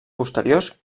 posteriors